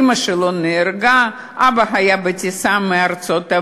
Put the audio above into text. אימא שלו נהרגה, והאבא היה בטיסה מארצות-הברית.